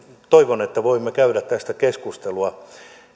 toivon että voimme käydä tästä keskustelua